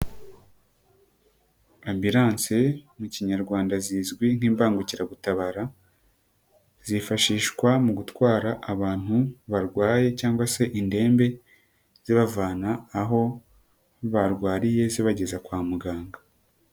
Ambulance mu kinyarwanda zizwi nk'ibangukiragutabara zifashishwa mu gutwara abantu barwaye cyangwa se indembe zibavana aho barwariye zibageze kwa muganga.